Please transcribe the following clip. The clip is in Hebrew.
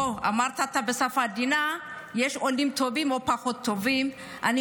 אמרת בשפה עדינה: יש עולים טובים ופחות טובים,